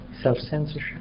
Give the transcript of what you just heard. self-censorship